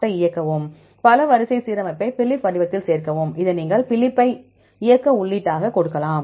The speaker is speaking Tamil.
MAFFT ஐ இயக்கவும் பல வரிசை சீரமைப்பை Phylip வடிவத்தில் சேமிக்கவும் இதை நீங்கள் Phylip ப்பை இயக்க உள்ளீடாக கொடுக்கலாம்